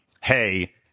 hey